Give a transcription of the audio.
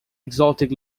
exotic